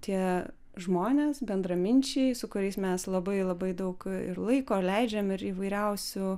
tie žmonės bendraminčiai su kuriais mes labai labai daug ir laiko leidžiam ir įvairiausių